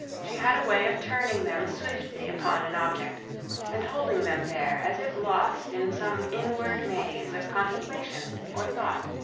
she had a way of turning them swiftly upon an object and holding them there as if lost in some inward maze of contemplation or thought.